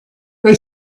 they